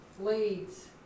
leads